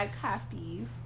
copies